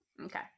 okay